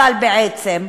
בעצם,